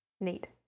Neat